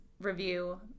review